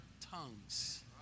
tongues